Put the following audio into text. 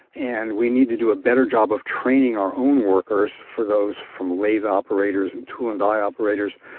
and we need to do a better job of training our own workers for those, from lathe operators and tool and die operators,